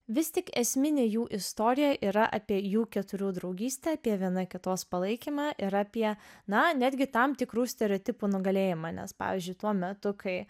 vis tik esminė jų istorija yra apie jų keturių draugystę apie viena kitos palaikymą ir apie na netgi tam tikrų stereotipų nugalėjimą nes pavyzdžiui tuo metu kai